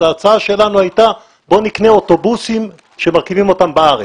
ההצעה שלנו הייתה שנקנה אוטובוסים שמרכיבים אותם בארץ.